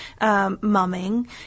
mumming